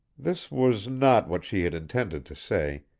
this was not what she had intended to say,